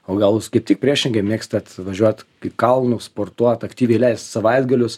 o gal jūs kaip tik priešingai mėgstat važiuot į kalnus sportuot aktyviai leist savaitgalius